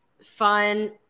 fun